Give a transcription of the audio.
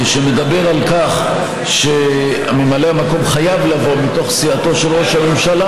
שמדבר על כך שממלא המקום חייב לבוא מתוך סיעתו של ראש הממשלה,